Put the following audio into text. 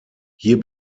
hier